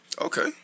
okay